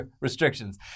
restrictions